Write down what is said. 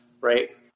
Right